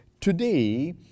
Today